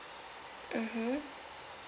mmhmm